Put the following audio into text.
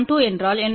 S12என்றால் என்ன